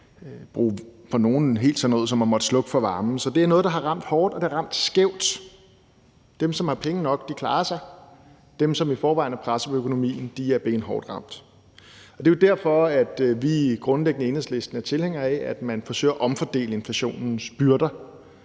og for nogle har det været sådan noget som at måtte slukke for varmen. Så det er noget, der har ramt hårdt, og det har ramt skævt. Dem, som har penge nok, klarer sig, og dem, som i forvejen er presset på økonomien, er benhårdt ramt. Det er jo derfor, at vi grundlæggende i Enhedslisten er tilhængere af, at man forsøger at omfordele inflationens byrder,